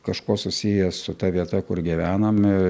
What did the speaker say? kažkuo susiję su ta vieta kur gyvenam